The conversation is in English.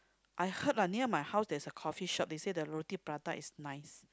I heard ah near my house there's a coffee shop they say the roti prata is nice